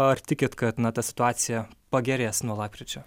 ar tikit kad na to situacija pagerės nuo lapkričio